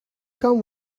come